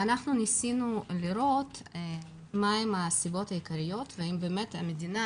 וניסינו לראות מה הסיבות העיקריות והאם באמת המדינה